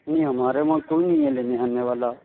نہیں ہمارے وہاں کوئی نہیں ہے لینے آنے والا